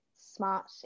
smart